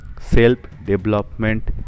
self-development